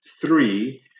three